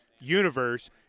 universe